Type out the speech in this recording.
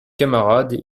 camarades